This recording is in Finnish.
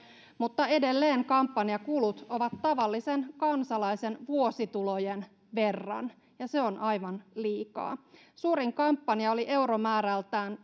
mutta edelleen kampanjakulut ovat tavallisen kansalaisen vuositulojen verran ja se on aivan liikaa suurin kampanja oli euromäärältään